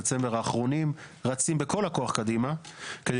דצמבר האחרונים רצים בכל הכוח קדימה כדי